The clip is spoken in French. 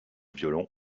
violon